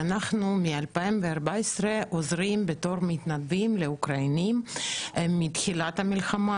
מאז אנחנו עוזרים בתור מתנדבים לאוקראינים מתחילת המלחמה,